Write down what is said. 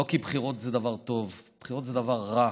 לא כי בחירות זה דבר טוב, בחירות זה דבר רע,